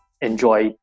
enjoy